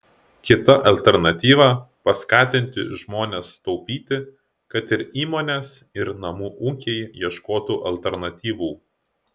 kita alternatyva paskatinti žmones taupyti kad ir įmonės ir namų ūkiai ieškotų alternatyvų